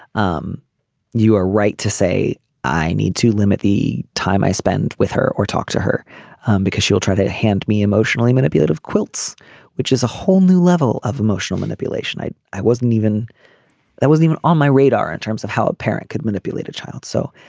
um you are right to say i need to limit the time i spend with her or talk to her because she'll try to hand me emotionally manipulative quilts which is a whole new level of emotional manipulation. i i wasn't even that was even on my radar in terms of how a parent could manipulate a child. so.